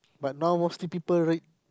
but now mostly people right